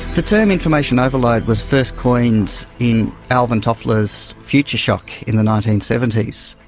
the term information overload was first coined in alvin toffler's future shock in the nineteen seventy s.